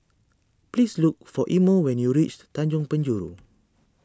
please look for Imo when you reach Tanjong Penjuru